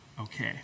okay